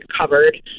covered